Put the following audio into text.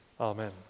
Amen